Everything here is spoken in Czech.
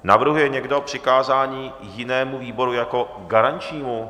Navrhuje někdo přikázání jinému výboru jako garančnímu?